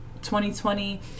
2020